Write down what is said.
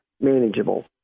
manageable